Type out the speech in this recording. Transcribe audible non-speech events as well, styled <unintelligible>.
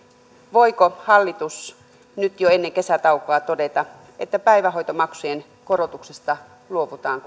voiko hallitus nyt jo ennen kesätaukoa todeta että päivähoitomaksujen korotuksista luovutaan <unintelligible>